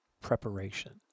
preparation